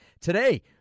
Today